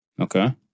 Okay